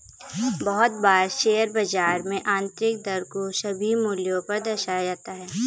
बहुत बार शेयर बाजार में आन्तरिक दर को सभी मूल्यों पर दर्शाया जाता है